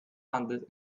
hundred